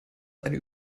einen